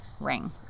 ring